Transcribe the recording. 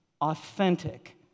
authentic